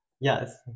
Yes